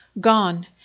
gone